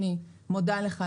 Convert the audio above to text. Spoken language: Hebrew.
אני מודה לך,